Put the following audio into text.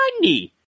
money